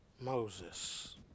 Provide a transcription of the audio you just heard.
Moses